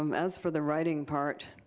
um as for the writing part,